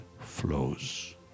flows